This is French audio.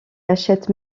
achète